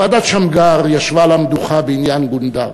ועדת שמגר ישבה על המדוכה בעניין גונדר.